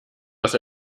was